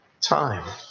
Time